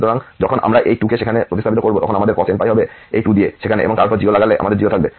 সুতরাং যখন আমরা এই 2 কে সেখানে প্রতিস্থাপন করব তখন আমাদের cos nπ হবে এই 2 দিয়ে সেখানে এবং তারপর 0 লাগালে আমাদের 0 থাকবে